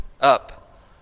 Up